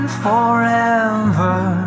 forever